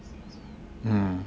mm